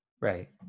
Right